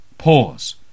pause